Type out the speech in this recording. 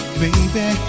baby